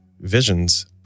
visions